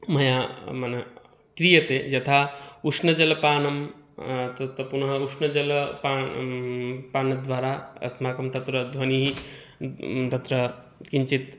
मया मन क्रियते यथा उष्णजलपानं तत् पुनः उष्णजलपान पानद्वारा अस्माकं तत्र ध्वनिः तत्र किञ्चित्